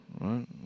Right